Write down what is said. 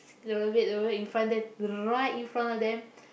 rollerblade rollerblade in front then right in front of them